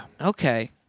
Okay